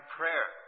prayer